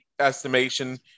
estimation